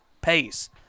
pace